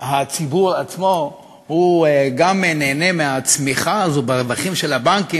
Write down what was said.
הציבור עצמו גם הוא נהנה מהצמיחה הזאת ברווחים של הבנקים,